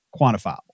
quantifiable